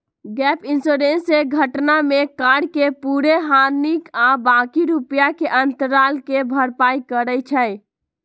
gap insurance से घटना में कार के पूरे हानि आ बाँकी रुपैया के अंतराल के भरपाई करइ छै